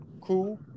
cool